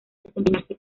desempeñarse